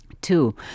Two